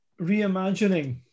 reimagining